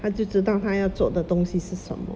他就知道他要做的东西是什么